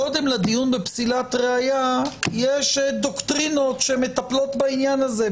קודם לדיון בפסילת ראיה יש דוקטרינות שמטפלות בעניין הזה.